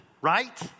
right